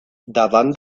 davant